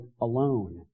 alone